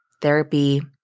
therapy